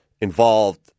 involved